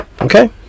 Okay